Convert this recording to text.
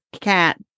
cat